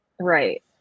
right